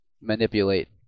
manipulate